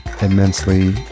immensely